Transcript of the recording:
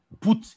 put